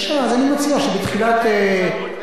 אז אני מציע שבתחילת, רגע.